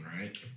right